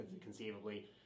conceivably